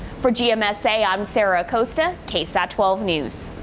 for gmsa i'm sarah acosta ksat twelve news.